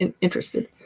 interested